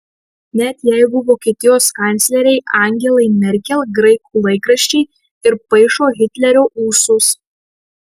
net jeigu vokietijos kanclerei angelai merkel graikų laikraščiai ir paišo hitlerio ūsus